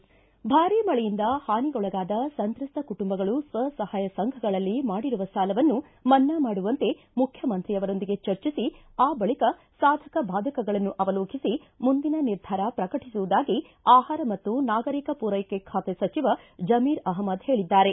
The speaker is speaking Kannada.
ಭಾರಿ ಮಳೆಯಿಂದ ಹಾನಿಗೊಳಗಾದ ಸಂತ್ರಸ್ವ ಕುಟುಂಬಗಳು ಸ್ವಸಹಾಯ ಸಂಘಗಳಲ್ಲಿ ಮಾಡಿರುವ ಸಾಲವನ್ನು ಮನ್ನಾ ಮಾಡುವಂತೆ ಮುಖ್ಯಮಂತ್ರಿಯವರೊಂದಿಗೆ ಚರ್ಚಿಸಿ ಆ ಬಳಿಕ ಸಾಧಕ ಬಾಧಕಗಳನ್ನು ಅವಲೋಕಿಸಿ ಮುಂದಿನ ನಿರ್ಧಾರ ಪ್ರಕಟಿಸುವುದಾಗಿ ಆಹಾರ ಮತ್ತು ನಾಗರಿಕ ಪೂರೈಕೆ ಖಾತೆ ಸಚಿವ ಜಮೀರ್ ಅಹಮ್ನದ್ ಹೇಳಿದ್ದಾರೆ